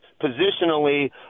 positionally